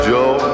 Joe